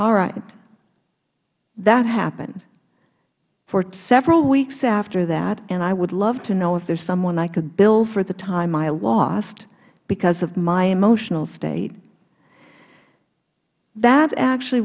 all right that happened for several weeks after that i would love to know if there is someone i could bill for the time i lost because of my emotional state that actually